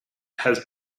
has